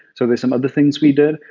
so there's some other things we did.